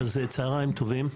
אז צוהריים טובים.